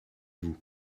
vous